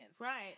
right